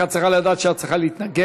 רק את צריכה לדעת שאת צריכה להתנגד,